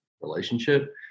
relationship